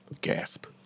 Gasp